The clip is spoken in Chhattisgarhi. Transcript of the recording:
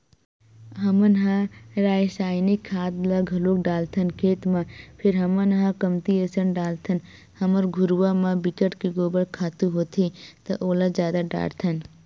हमन ह रायसायनिक खाद ल घलोक डालथन खेत म फेर हमन ह कमती असन डालथन हमर घुरूवा म बिकट के गोबर खातू होथे त ओला जादा डारथन